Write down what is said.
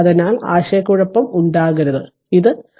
അതിനാൽ ആശയക്കുഴപ്പം ഉണ്ടാകരുത് ഇത് 13 ohm ആണ്